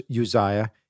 Uzziah